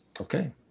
Okay